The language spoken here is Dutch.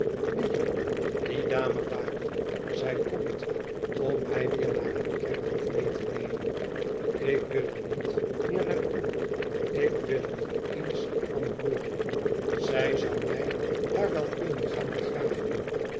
wie die dame daar zij komt om mij weer naar het kerkhof mee te nemen ik wil er niet meer naar toe ik wil er niet eens van hooren zij zou mij daar wel kunnen gaan begraven